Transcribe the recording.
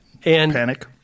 panic